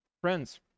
Friends